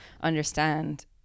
understand